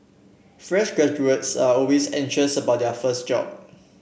fresh graduates are always anxious about their first job